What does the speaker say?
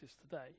today